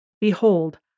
Behold